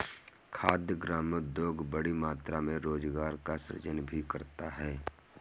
खाद्य उद्योग बड़ी मात्रा में रोजगार का सृजन भी करता है